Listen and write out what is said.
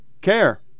care